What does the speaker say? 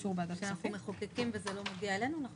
כאשר אנחנו מחוקקים וזה לא מגיע אלינו אנחנו